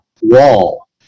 wall